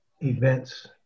events